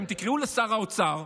קראו לשר האוצר,